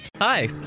Hi